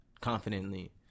confidently